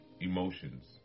emotions